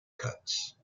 cuts